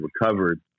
recovered